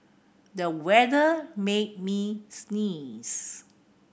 the weather made me sneeze